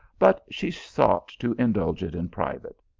but she sought to indulge it in private.